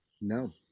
No